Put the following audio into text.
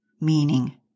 Meaning